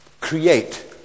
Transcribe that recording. create